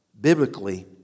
Biblically